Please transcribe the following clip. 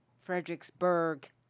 Fredericksburg